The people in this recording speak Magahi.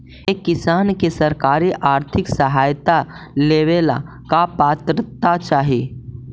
एक किसान के सरकारी आर्थिक सहायता लेवेला का पात्रता चाही?